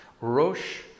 Rosh